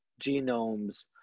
genomes